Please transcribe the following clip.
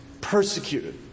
persecuted